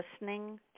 listening